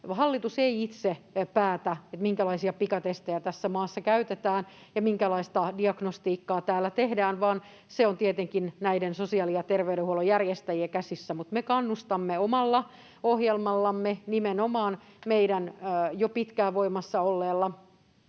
Hallitus ei itse päätä, minkälaisia pikatestejä tässä maassa käytetään ja minkälaista diagnostiikkaa täällä tehdään, vaan se on tietenkin sosiaali- ja terveydenhuollon järjestäjien käsissä. Mutta me kannustamme omalla ohjelmallamme, nimenomaan meidän jo pitkään voimassa olleella